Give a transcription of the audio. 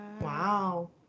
Wow